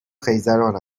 خیزران